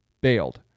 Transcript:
bailed